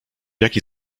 jaki